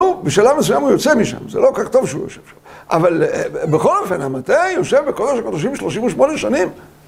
הוא בשלב מסוים הוא יוצא משם, זה לא כל כך טוב שהוא יושב שם, אבל בכל אופן המטה יושב בקודש הקודשים של 38 שנים.